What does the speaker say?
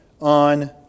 on